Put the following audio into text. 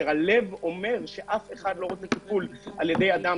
וכשהלב אומר שאף אחד לא רוצה טיפול מידיו של אדם